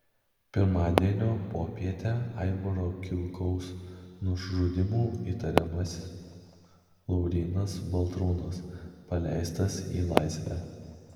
pirmadienio popietę aivaro kilkaus nužudymu įtariamas laurynas baltrūnas paleistas į laisvę